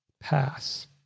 pass